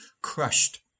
crushed